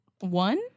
one